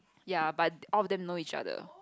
ya but all of them know each other